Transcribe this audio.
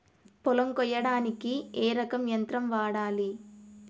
పొలం కొయ్యడానికి ఏ రకం యంత్రం వాడాలి?